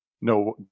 No